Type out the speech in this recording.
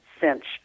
cinch